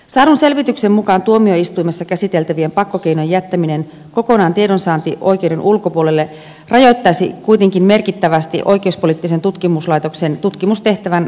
saadun selvityksen mukaan tuomioistuimissa käsiteltävien pakkokeinojen jättäminen kokonaan tiedonsaantioikeuden ulkopuolelle rajoittaisi kuitenkin merkittävästi oikeuspoliittisen tutkimuslaitoksen tutkimustehtävän hoitoa